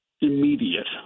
immediate